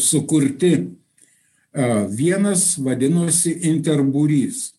sukurti vienas vadinosi inter būrys